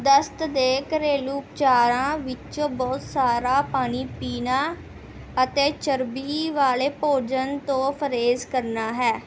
ਦਸਤ ਦੇ ਘਰੇਲੂ ਉਪਚਾਰਾਂ ਵਿੱਚ ਬਹੁਤ ਸਾਰਾ ਪਾਣੀ ਪੀਣਾ ਅਤੇ ਚਰਬੀ ਵਾਲੇ ਭੋਜਨ ਤੋਂ ਪਰਹੇਜ਼ ਕਰਨਾ ਹੈ